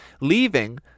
leaving